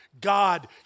God